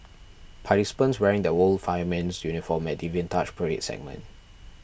participants wearing the old fireman's uniform at the Vintage Parade segment